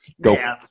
go